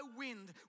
wind